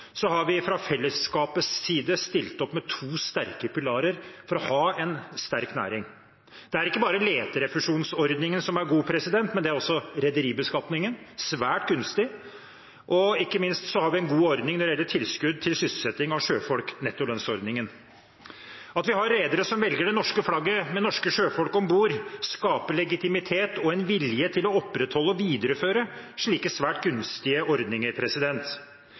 har vi fra fellesskapets side stilt opp med to sterke pilarer for å ha en sterk næring. Det er ikke bare leterefusjonsordningen som er god, det er også rederibeskatningen – som er svært gunstig – og ikke minst har vi en god ordning når det gjelder tilskudd til sysselsetting av sjøfolk, nettolønnsordningen. At vi har redere som velger det norske flagget med norske sjøfolk om bord, skaper legitimitet og en vilje til å opprettholde og videreføre slike svært gunstige ordninger.